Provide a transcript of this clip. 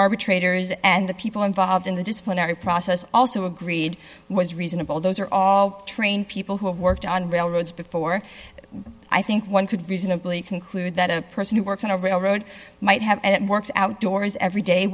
arbitrators and the people involved in the disciplinary process also agreed was reasonable those are all trained people who have worked on railroads before i think one could reasonably conclude that a person who works on a railroad might have and it works outdoors every day